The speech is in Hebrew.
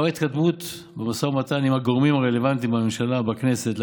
לאור ההתקדמות במשא ומתן עם הגורמים הרלוונטיים בממשלה ובכנסת על